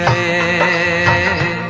a